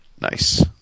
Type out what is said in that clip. nice